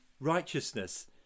righteousness